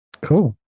cool